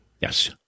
Yes